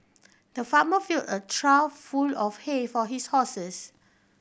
the farmer filled a trough full of hay for his horses